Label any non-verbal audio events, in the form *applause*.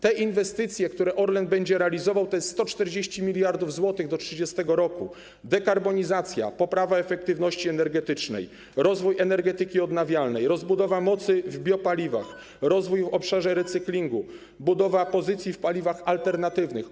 Te inwestycje, które Orlen będzie realizował, to: 140 mld zł do 2030 r., dekarbonizacja, poprawa efektywności energetycznej, rozwój energetyki odnawialnej, rozbudowa mocy w biopaliwach, *noise* rozwój w obszarze recyklingu, budowa pozycji w paliwach alternatywnych.